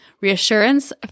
reassurance